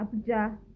Abuja